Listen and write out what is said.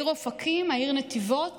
העיר אופקים, העיר נתיבות